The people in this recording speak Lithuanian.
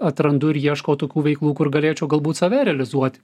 atrandu ir ieškau tokių veiklų kur galėčiau galbūt save realizuot